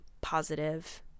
positive